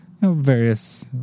various